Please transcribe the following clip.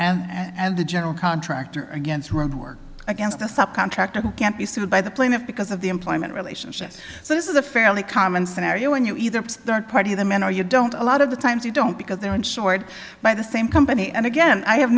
c and the general contractor against whom work against the subcontractor who can't be sued by the plaintiff because of the employment relationship so this is a fairly common scenario when you either party the man or you don't a lot of the times you don't because they're insured by the same company and again i have